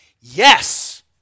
yes